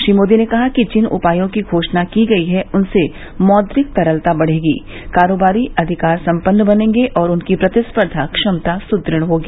श्री मोदी ने कहा है कि जिन उपायों की घोषणा की गई है उनसे मौद्रिक तरलता बढ़ेगी कारोबारी अधिकार संपन्न बनेंगे और उनकी प्रतिस्पर्धा क्षमता सुद्रढ़ होगी